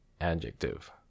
adjective